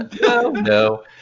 No